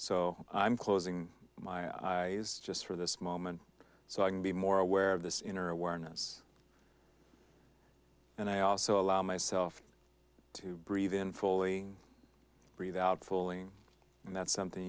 so i'm closing my eyes just for this moment so i can be more aware of this inner awareness and i also allow myself to breathe in fully breathe out fulling and that's something